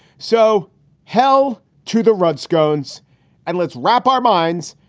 so hell to the redskins. and let's wrap our minds,